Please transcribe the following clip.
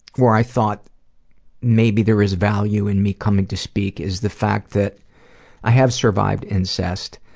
where i thought maybe there is value in me coming to speak, is the fact that i have survived incest,